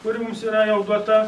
kuri mums yra jau duota